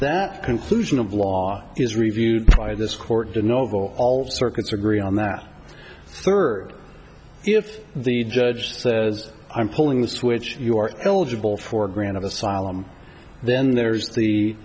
that conclusion of law is reviewed by this court in overall all the circuits agree on that third if the judge says i'm pulling this which you are eligible for granted asylum then there is the